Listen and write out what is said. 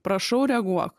prašau reaguok